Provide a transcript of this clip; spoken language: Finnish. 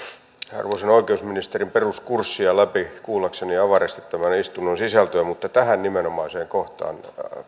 arvoisan oikeusministerin peruskurssia läpi kuullakseni avarasti tämän istunnon sisältöä mutta tähän nimenomaiseen kohtaan